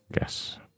Yes